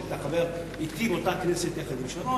והיית חבר אתי באותה כנסת יחד עם שרון,